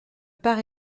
part